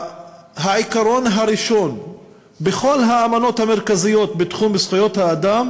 העיקרון הראשון בכל האמנות המרכזיות בתחום זכויות האדם